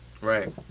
Right